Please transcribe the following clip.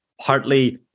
partly